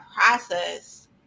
process